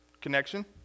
Connection